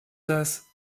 das